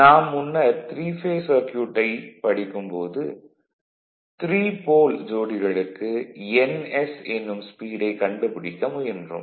நாம் முன்னர் 3 பேஸ் சர்க்யூட்டைப் படிக்கும் போது 3 போல் ஜோடிகளுக்கு ns என்னும் ஸ்பீடைக் கண்டுபிடிக்க முயன்றோம்